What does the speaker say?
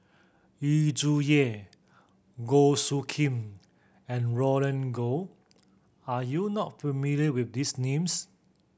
Yu Zhuye Goh Soo Khim and Roland Goh are you not familiar with these names